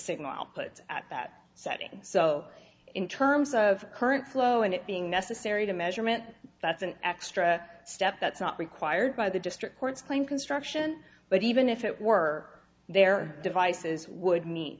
signal but at that setting so in terms of current flow and it being necessary to measurement that's an extra step that's not required by the district court's claim construction but even if it were there devices would mean